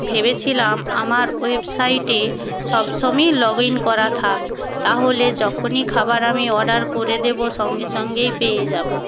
ভেবেছিলাম আমার ওয়েবসাইটে সব সমই লগ ইন করা থাক তাহলে যখনই খাবার আমি অর্ডার করে দেবো সঙ্গে সঙ্গেই পেয়ে যাবো